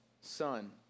son